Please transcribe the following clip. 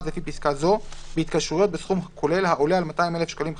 לפי פסקה זו בהתקשרויות בסכום כולל העולה על 200,000 שקלים חדשים,